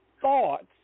thoughts